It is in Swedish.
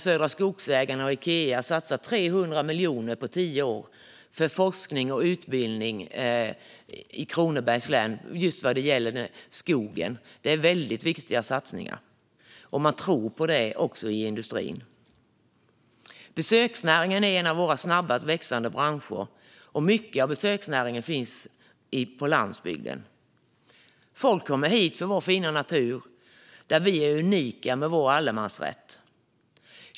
Södra Skogsägarna och Ikea satsar 300 miljoner på tio år för forskning och utbildning i Kronobergs län just vad gäller skogen. Det är väldigt viktiga satsningar. Man tror också på det i industrin. Besöksnäringen är en av våra snabbast växande branscher, och mycket av besöksnäringen finns på landsbygden. Människor kommer hit för vår fina natur där vi är unika med vår allemansrätt.